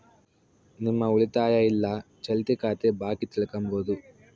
ನಿಮ್ಮ ಉಳಿತಾಯ ಇಲ್ಲ ಚಾಲ್ತಿ ಖಾತೆ ಬಾಕಿ ತಿಳ್ಕಂಬದು